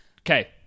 Okay